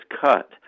cut